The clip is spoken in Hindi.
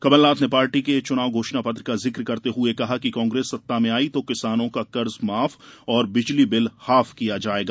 कमलनाथ ने पार्टी के चुनाव घोषणापत्र का जिक करते हुए कहा कि कांग्रेस सत्ता में आई तो किसानों का कर्ज माफ और बिजली बिल हाफ किया जायेगा